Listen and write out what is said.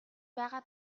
байгаа